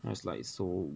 that's like it's so